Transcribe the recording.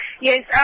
Yes